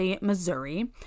Missouri